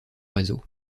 réseau